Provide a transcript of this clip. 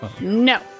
No